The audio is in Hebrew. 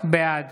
בעד